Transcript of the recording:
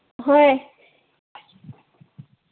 ꯍꯣꯏ